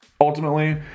ultimately